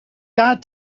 got